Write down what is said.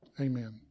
amen